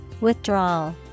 Withdrawal